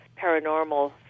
paranormal